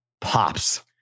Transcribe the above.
pops